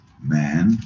man